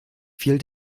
fiel